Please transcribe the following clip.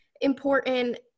important